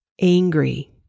angry